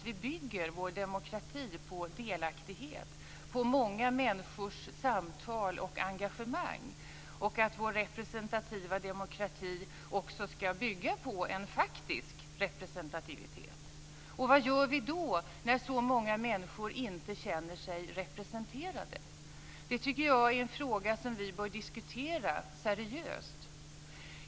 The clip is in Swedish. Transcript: Vi bygger vår demokrati på delaktighet, på många människors samtal och engagemang, och vår representativa demokrati ska också bygga på en faktiskt representativitet. Vad gör vi då när så många människor inte känner sig representerade? Det tycker jag är en fråga som vi bör diskutera seriöst.